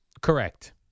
Correct